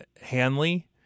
Hanley